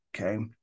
okay